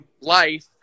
life